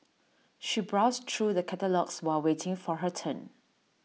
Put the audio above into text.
she browsed through the catalogues while waiting for her turn